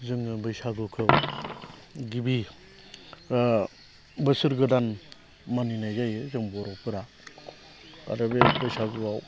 जोङो बैसागुखौ गिबि बोसोर गोदान मानिनाय जायो जों बर'फोरा आरो बे बैसागुआव